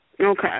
Okay